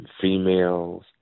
females